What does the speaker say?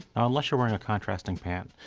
now unless you're wearing a contrasting pant,